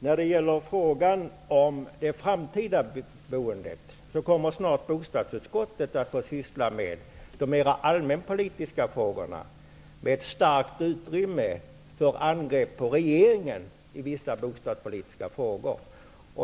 När det gäller det framtida boendet kommer bostadsutskottet snart att få syssla med de mera allmänpolitiska frågorna, med ett stort utrymme för angrepp på regeringen i vissa bostadspolitiska frågor.